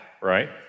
right